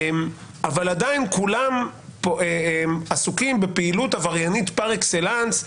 אבל עדיין כולם עסוקים בפעילות עבריינית פר-אקסלנס,